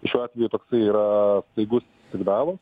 šiuo atveju toksai yra staigus signalas